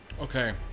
Okay